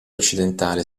occidentale